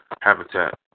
habitat